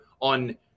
on